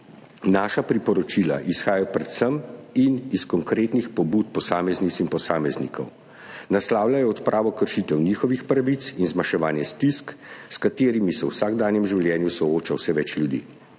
Naša priporočila izhajajo predvsem iz konkretnih pobud posameznic in posameznikov. Naslavljajo odpravo kršitev njihovih pravic in zmanjševanje stisk, s katerimi se v vsakdanjem življenju sooča vse več ljudi.